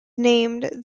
named